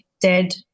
dead